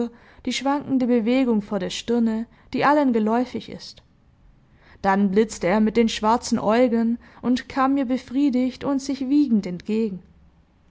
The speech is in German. die schwankende bewegung vor der stirne die allen geläufig ist dann blitzte er mit den schwarzen äugen und kam mir befriedigt und sich wiegend entgegen